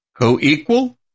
Co-equal